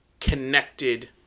connected